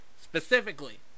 specifically